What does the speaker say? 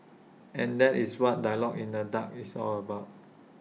and that is what dialogue in the dark is all about